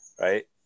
right